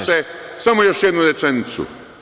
Samo još jednu rečenicu.